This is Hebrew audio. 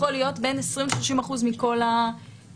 כל השופטים שהתראיינו למחקר לא סברו שהאמצעי ישפיע על החקירה.